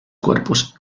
cuerpos